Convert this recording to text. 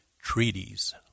treaties